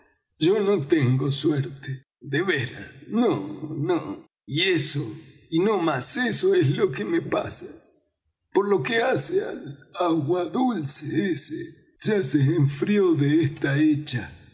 yo no tengo suerte de veras no no y eso y no más eso es lo que me pasa por lo que hace al agua dulce ese ya se enfrió de esta hecha